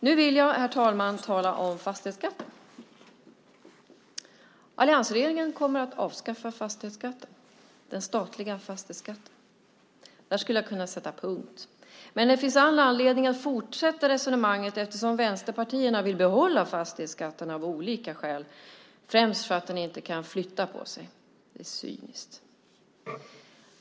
Nu vill jag, herr talman, tala om fastighetsskatten. Alliansregeringen kommer att avskaffa fastighetsskatten, den statliga fastighetsskatten. Där skulle jag kunna sätta punkt. Men det finns all anledning att fortsätta resonemanget eftersom vänsterpartierna vill behålla fastighetsskatten av olika skäl, främst för att den inte kan flytta på sig. Det är cyniskt.